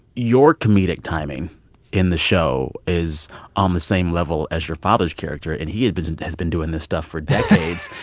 your comedic timing in the show is on the same level as your father's character, and he had has been doing this stuff for decades.